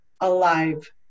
alive